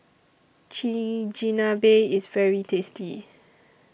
Chigenabe IS very tasty